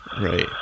Right